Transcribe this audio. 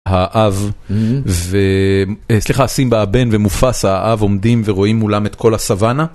האב, סליחה, סימבה הבן ומופסה האב עומדים ורואים מולם את כל הסוואנה.